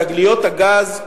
תגליות הגז,